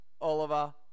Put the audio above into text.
Oliver